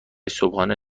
صبحانه